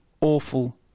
awful